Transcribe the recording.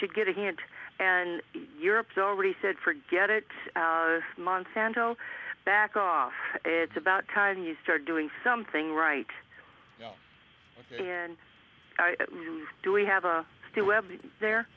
should get a hint and europe's already said forget it monsanto back off it's about time you start doing something right and do we have